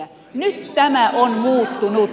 nyt tämä on muuttunut